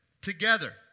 together